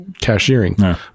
cashiering